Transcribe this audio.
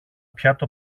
πιάτο